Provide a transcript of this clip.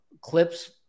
clips